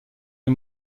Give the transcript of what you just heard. est